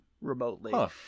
remotely